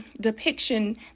depiction